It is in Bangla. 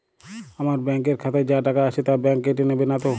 আমার ব্যাঙ্ক এর খাতায় যা টাকা আছে তা বাংক কেটে নেবে নাতো?